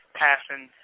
passing